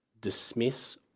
dismiss